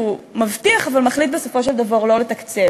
מבטיח אבל מחליט בסופו של דבר לא לתקצב.